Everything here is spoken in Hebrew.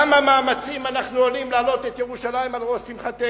כמה מאמצים אנחנו עושים כדי להעלות את ירושלים על ראש שמחתנו.